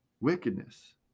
wickedness